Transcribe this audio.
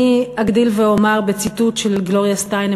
אני אגדיל ואומר בציטוט של גלוריה סטיינם,